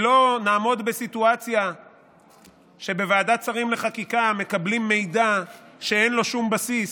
שלא נעמוד בסיטואציה שבוועדת שרים לחקיקה מקבלים מידע שאין לו שום בסיס,